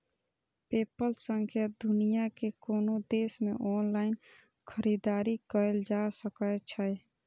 PayPal सं दुनिया के कोनो देश मे ऑनलाइन खरीदारी कैल जा सकै छै